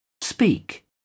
speak